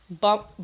bump